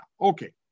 Okay